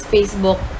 Facebook